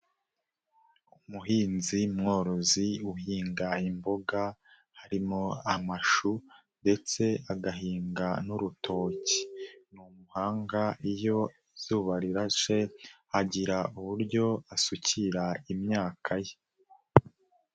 Umuhinzi mworozi uhinga imboga harimo amashu ndetse agahinga n'urutoki, ni umuhanga iyo izuba rirashe agira uburyo asukira imyaka ye.